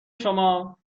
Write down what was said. شما